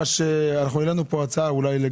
העלינו פה הצעה למסלול